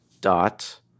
dot